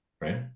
right